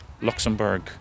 Luxembourg